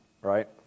Right